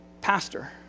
pastor